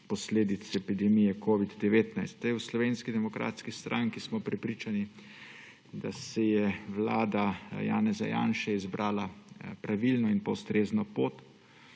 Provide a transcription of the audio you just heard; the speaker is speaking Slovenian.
posledic epidemije covida-19. V Slovenski demokratski stranki smo prepričani, da si je vlada Janeza Janše izbrala pravilno in ustrezno pot.